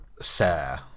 Sir